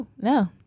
No